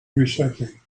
recycling